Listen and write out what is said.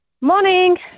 Morning